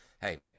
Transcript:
Hey